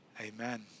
Amen